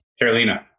Carolina